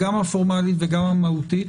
גם הפורמלית וגם המהותית,